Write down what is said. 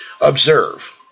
Observe